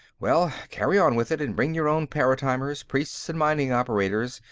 well, carry on with it, and bring your own paratimers, priests and mining operators,